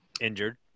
Injured